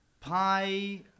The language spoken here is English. Pi